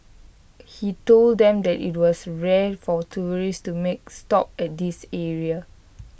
he told them that IT was rare for tourists to make stop at this area